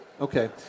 Okay